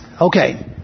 Okay